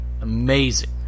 Amazing